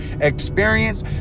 experience